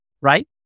Right